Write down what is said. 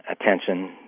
attention